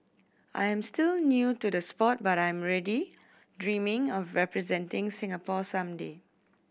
I am still new to the sport but I am already dreaming of representing Singapore some day